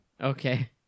Okay